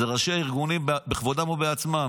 זה ראשי הארגונים בכבודם ובעצמם.